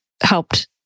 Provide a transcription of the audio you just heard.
helped